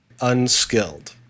unskilled